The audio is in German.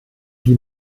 die